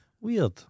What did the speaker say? Weird